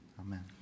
Amen